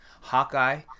hawkeye